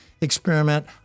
Experiment